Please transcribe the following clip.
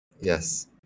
Yes